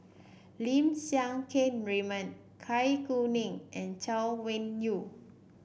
Lim Siang Keat Raymond Cai Kuning and Chay Weng Yew